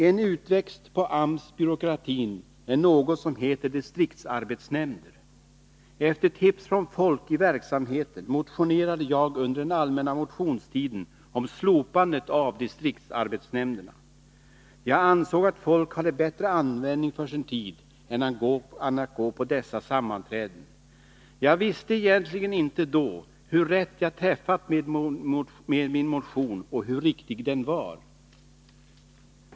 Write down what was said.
En utväxt på AMS-byråkratin är något som heter distriktsarbetsnämnder. Efter tips från folk i verksamheten motionerade jag under den allmänna motionstiden om slopandet av distriktsarbetsnämnderna. Jag ansåg att folk hade bättre användning för sin tid än att gå på dessa sammanträden. Jag visste egentligen inte då hur rätt jag träffat med min motion och hur riktig den var.